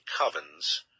covens